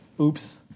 Oops